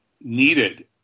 needed